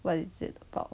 what is it about